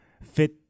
fit